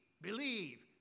believe